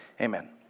Amen